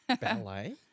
Ballet